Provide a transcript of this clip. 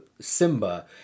Simba